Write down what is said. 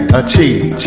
achieve